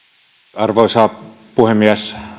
arvoisa puhemies